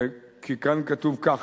כי כאן כתוב כך: